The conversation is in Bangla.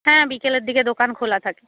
হ্যাঁ বিকেলের দিকে দোকান খোলা থাকে